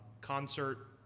concert